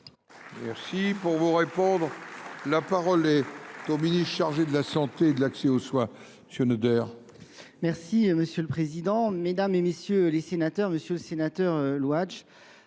Merci pour vous répondre. La parole est au ministre chargé de la Santé et de l'accès aux soins, monsieur Noderre. Merci Monsieur le Président, Mesdames et Messieurs les Sénateurs, Monsieur le Sénateur Lwadj,